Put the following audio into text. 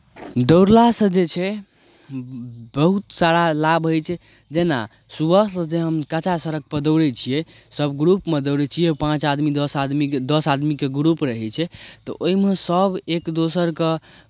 दौड़लासँ जे छै बहुत सारा लाभ होइ छै जेना सुबहसँ जे हम कच्चा सड़कपर दौड़ै छियै सभ ग्रुपमे दौड़ै छियै पाँच आदमी दस आदमी दस आदमीके ग्रुप रहै छै तऽ ओहिमे सभ एक दोसरकेँ